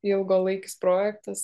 ilgalaikis projektas